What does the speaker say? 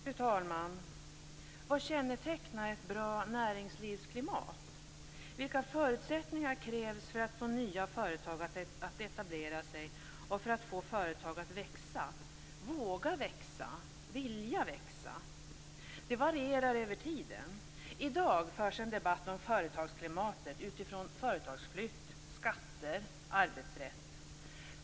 Fru talman! Vad kännetecknar ett bra näringslivsklimat? Vilka är förutsättningarna för att få nya företag att etablera sig och för att få företag att växa, att få dem att våga och vilja växa? Det varierar över tiden. I dag förs en debatt om företagsklimatet utifrån företagsflytt, skatter och arbetsrätt.